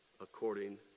according